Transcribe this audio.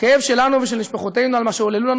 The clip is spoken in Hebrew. הכאב שלנו ושל משפחותינו על מה שעוללו לנו